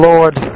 Lord